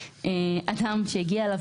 30.אדם שהגיע אליו